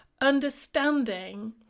understanding